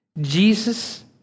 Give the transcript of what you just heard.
Jesus